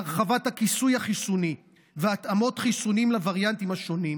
הרחבת הכיסוי החיסוני והתאמות חיסונים לווריאנטים השונים,